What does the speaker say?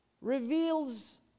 reveals